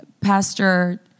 Pastor